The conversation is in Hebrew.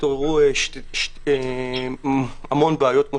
התעוררו המון בעיות.